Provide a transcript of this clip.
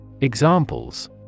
Examples